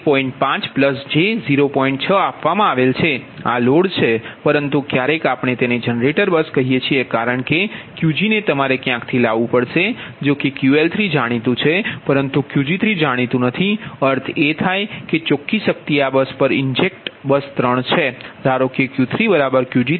6 આપવામાં આવેલ છે આ લોડ છે પરંતુ કયારેક આપણે તેને જનરેટર બસ કહીએ છીએ કારણ કે Qg ને તમારે ક્યાંકથી લાવવું પડશે જોકે QL3જાણીતું છે પરંતુ Qg3 જાણીતું નથી અર્થ એ થાય કે ચોખ્ખી શક્તિ આ બસ પર ઇન્જેક્ટ બસ 3 છે ધારોકે Q3Qg3 0